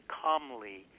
calmly